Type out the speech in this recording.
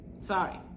sorry